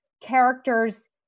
Characters